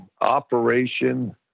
Operation